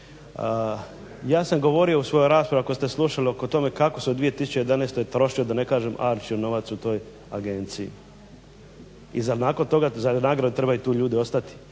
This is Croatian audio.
Ja sam govorio u svojoj raspravi ako ste slušali o tome kako se u 2011.trošio da ne kažem arčio novac u toj agenciji i nakon toga za nagradu trebaju tu ljudi ostati.